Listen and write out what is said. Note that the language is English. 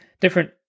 different